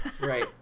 Right